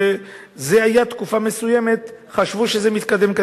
זה, היתה תקופה מסוימת, חשבו שזה מתקדם.